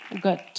Good